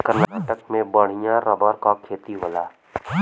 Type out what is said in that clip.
कर्नाटक में बढ़िया रबर क खेती होला